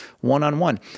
one-on-one